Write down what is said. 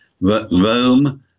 Rome